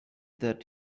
that